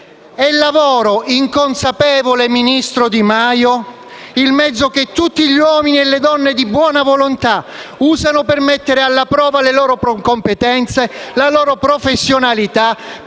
È il lavoro, inconsapevole ministro Di Maio, il mezzo che tutti gli uomini e le donne di buona volontà usano per mettere alla prova le proprie competenze e professionalità